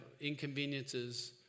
inconveniences